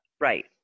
Right